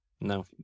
no